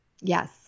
Yes